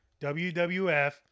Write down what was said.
WWF